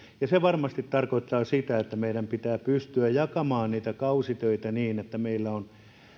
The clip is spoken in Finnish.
ja se varmasti tarkoittaa sitä että meidän pitää pystyä jakamaan niitä kausitöitä niin että meillä on